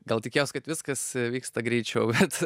gal tikėjaus kad viskas vyksta greičiau bet